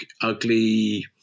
ugly